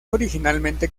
originalmente